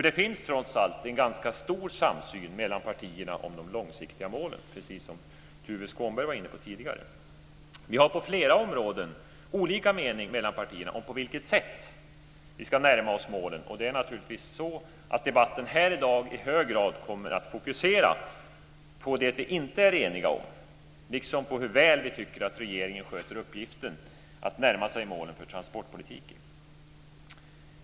Det finns trots allt en ganska stor samsyn mellan partierna om de långsiktiga målen, precis som Tuve Skånberg var inne på tidigare. Vi har på flera områden olika meningar mellan partierna om på vilket sätt vi ska närma oss målen, och det är naturligtvis så att debatten här i dag i hög grad kommer att fokusera på det som vi inte är eniga om, liksom på hur väl vi tycker att regeringen sköter uppgiften att närma sig målen för transportpolitiken.